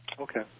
Okay